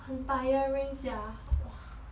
很 tiring sia !whoa!